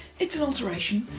it's an alteration.